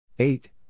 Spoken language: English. Eight